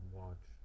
watch